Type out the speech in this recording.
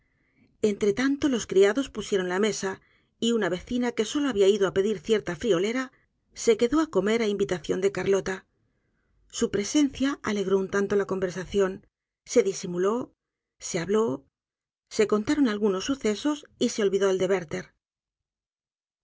entre tanto los criados pusieron la mesa y una vecina que solo había ido á pedir cierta friolera se quedó á comer á invitación de carlota su presencia alegró un tanto la conversaciono se disimuló se habló se contaron algunos sucesos y sé olvidó el de werther